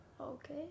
Okay